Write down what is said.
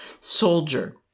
soldier